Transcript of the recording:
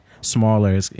smaller